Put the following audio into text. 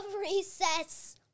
recess